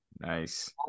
Nice